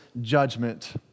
judgment